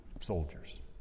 soldiers